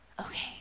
okay